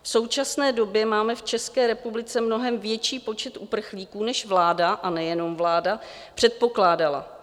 V současné době máme v České republice mnohem větší počet uprchlíků, než vláda, a nejenom vláda, předpokládala.